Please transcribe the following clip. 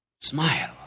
smile